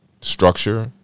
structure